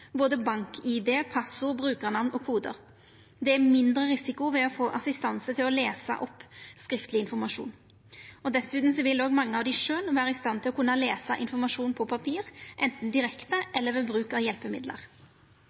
både bankID, passord, brukarnamn og kodar. Det er mindre risiko ved å få assistanse til å lesa opp skriftleg informasjon, og dessutan vil òg mange av dei vera i stand til sjølve å kunna lesa informasjon på papir, enten direkte eller ved bruk av hjelpemiddel.